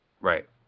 Right